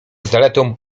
zaletą